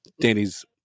danny's